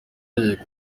yahise